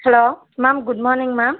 hello ma'am goodmorning ma'am